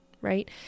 right